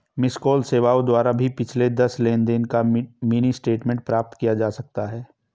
miss call सेवाओं द्वारा भी पिछले दस लेनदेन का मिनी स्टेटमेंट प्राप्त किया जा सकता है